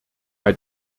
bei